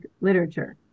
literature